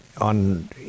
on